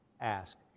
ask